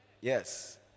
Yes